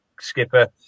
skipper